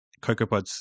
CocoaPods